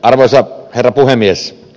arvoisa herra puhemies